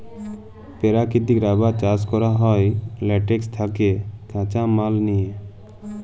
পেরাকিতিক রাবার চাষ ক্যরা হ্যয় ল্যাটেক্স থ্যাকে কাঁচা মাল লিয়ে